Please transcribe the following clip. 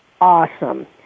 awesome